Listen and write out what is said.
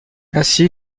ainsi